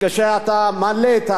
שאתה מעלה.